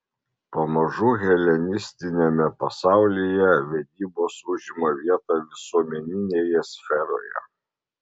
pamažu helenistiniame pasaulyje vedybos užima vietą visuomeninėje sferoje